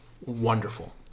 wonderful